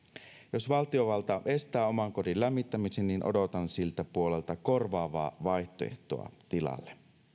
jos valtiovalta estää oman kodin lämmittämisen niin odotan siltä puolelta korvaavaa vaihtoehtoa tilalle